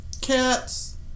Cats